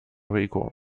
rico